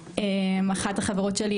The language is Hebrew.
אחת החברות שלי,